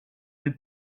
deux